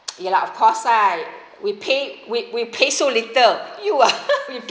ya lah of course ah we pay we we pay so little you ah